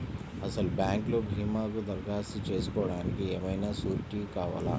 అసలు బ్యాంక్లో భీమాకు దరఖాస్తు చేసుకోవడానికి ఏమయినా సూరీటీ కావాలా?